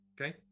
Okay